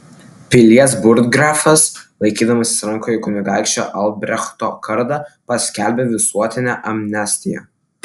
pilies burggrafas laikydamas rankoje kunigaikščio albrechto kardą paskelbė visuotinę amnestiją